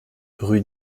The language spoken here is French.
rue